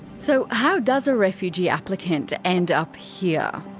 so how does a refugee applicant end up here?